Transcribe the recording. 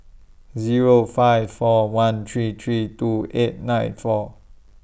Zero five four one three three two eight nine four